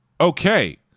Okay